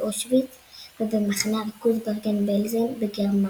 באושוויץ ובמחנה הריכוז ברגן-בלזן בגרמניה.